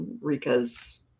Rika's